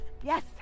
yes